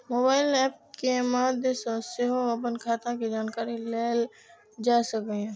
mobile app के माध्य सं सेहो अपन खाता के जानकारी लेल जा सकैए